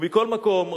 מכל מקום,